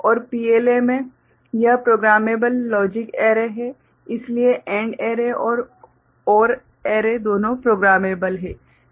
और PLA में यह प्रोग्रामेबल लॉजिक एरे है इसलिए AND एरे और OR एरे दोनों प्रोग्रामेबल हैं